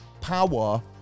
power